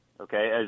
okay